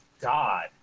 god